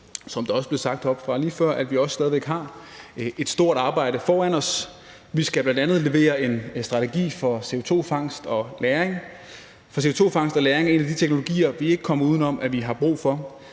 som det også blev sagt heroppefra lige før, at vi også stadig væk har et stort arbejde foran os. Vi skal bl.a. levere en strategi for CO2-fangst og -lagring, for CO2-fangst og -lagring er en af de teknologier, vi ikke kommer udenom, at vi har brug for.